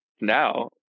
Now